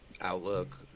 outlook